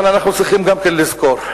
אבל אנחנו צריכים גם כן לזכור: